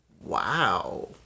Wow